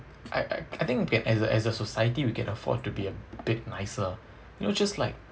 I I I think as a as a society we can afford to be a bit nicer you know just like